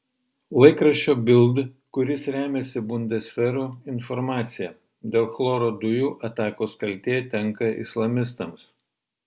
laikraščio bild kuris remiasi bundesveru informacija dėl chloro dujų atakos kaltė tenka islamistams